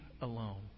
alone